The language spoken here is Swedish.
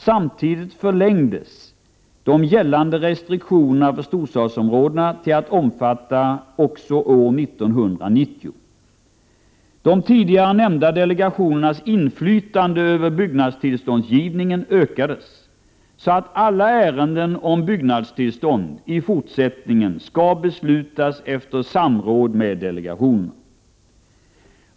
Samtidigt förlängdes de gällande restriktionerna för storstadsområdena till att omfatta även år 1990. De tidigare nämnda delegationernas inflytande över byggnadstillståndsgivningen ökades, så att alla ärenden om byggnadstillstånd i fortsättningen skall beslutas efter samråd med delegationerna.